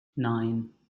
nine